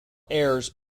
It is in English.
heirs